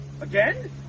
Again